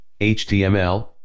HTML